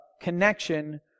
connection